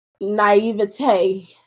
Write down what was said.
naivete